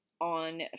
on